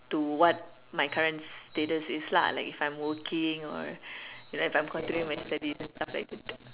to what my current status is lah like if I'm working or if I'm continuing my studies and stuff like that